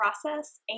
process